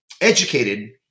educated